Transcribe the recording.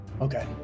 Okay